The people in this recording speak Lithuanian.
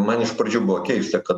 man iš pradžių buvo keista kad